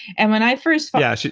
and when i first yeah,